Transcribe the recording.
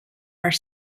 are